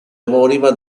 omonima